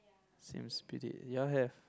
Sims build it your have